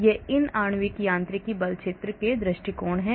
यह इन आणविक यांत्रिकी बल क्षेत्र दृष्टिकोण है